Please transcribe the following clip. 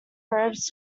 robes